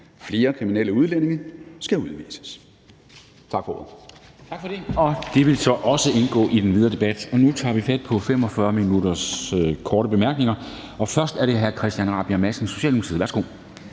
Flere kriminelle udlændinge skal udvises.«